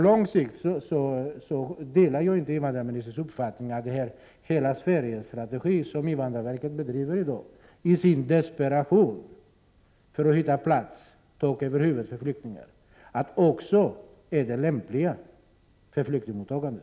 Jag delar inte invandrarministerns uppfattning om att den strategi för hela Sverige som invandrarverket i dag tillämpar, i desperation för att hitta tak över huvudet för flyktingarna, är lämplig på lång sikt för flyktingmottagandet.